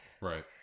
Right